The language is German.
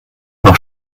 noch